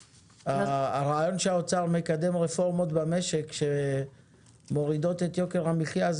הרעיון שהאוצר מקדם רפורמות במשק שמורידות את יוקר המחיה,